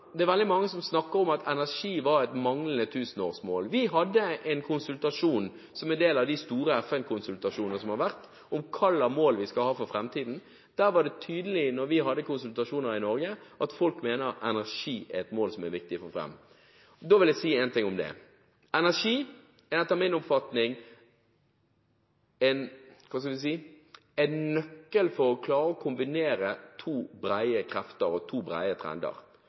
energi var et manglende tusenårsmål. Vi hadde en konsultasjon, som en del av de store FN-konsultasjoner som har vært, om hvilke mål vi skal ha for framtiden. Der var det tydelig, når vi hadde konsultasjoner i Norge, at folk mener at energi er et mål som er viktig å få fram. Da vil jeg si en ting om det. Energi er etter min oppfatning, hva skal vi si, en nøkkel for å klare å kombinere to brede krefter og to brede trender